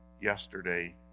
yesterday